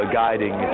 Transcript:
guiding